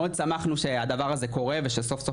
מאד שמחנו שהדבר הזה קורה ושסוף סוף,